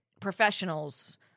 professionals